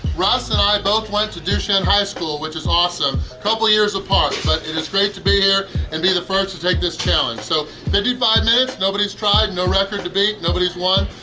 russ and i both went to duchesne high school which is awesome, a couple of years apart, but it is great to be here and be the first to take this challenge. so fifty five minutes. nobody's tried, no record to beat, nobody's won.